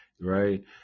right